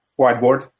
whiteboard